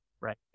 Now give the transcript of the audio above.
right